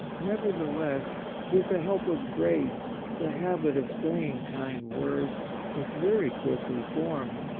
nevertheless, with the help of grace, the habit of saying kind words is very quickly formed,